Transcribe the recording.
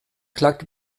klagt